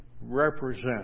represent